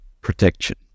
protection